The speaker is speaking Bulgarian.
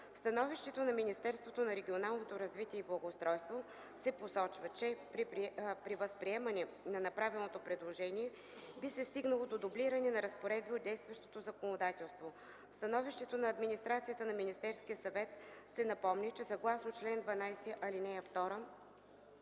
становището на Министерството на регионалното развитие и благоустройството се посочва, че „при възприемане на направеното предложение би се стигнало до дублиране на разпоредби от действащото законодателство.” В становището на Администрацията на Министерския съвет се напомня, че „съгласно чл. 12, ал. 2